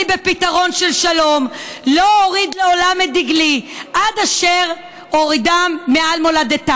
בפתרון של שלום / לא אוריד לעולם את דגליי / עד אשר אורידם מעל מולדתי".